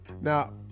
Now